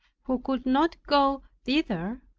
who could not go thither,